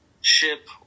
Ship